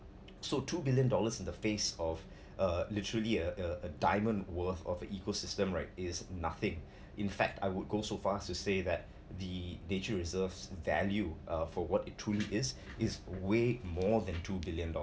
so two billion dollars in the face of uh literally a a diamond worth of ecosystem right is nothing in fact I would go so far as to say that the nature reserve's value uh for what it truly is is way more than two billion dol~